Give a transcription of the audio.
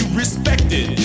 respected